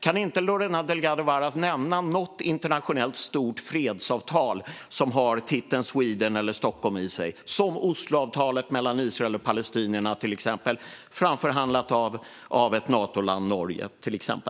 Kan inte Lorena Delgado Varas nämna något internationellt, stort fredsavtal som har titeln Sweden eller Stockholm i sig? Jag tänker till exempel på Osloavtalet mellan Israel och palestinierna, framförhandlat av Natolandet Norge.